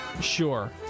sure